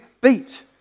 beat